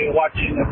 watching